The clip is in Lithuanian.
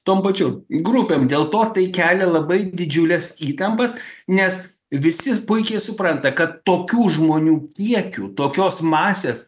tom pačiom grupėm dėl to tai kelia labai didžiules įtampas nes visi puikiai supranta kad tokių žmonių kiekių tokios masės